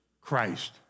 Christ